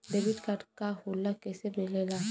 Debit card का होला कैसे मिलेला?